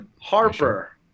Harper